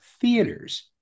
theaters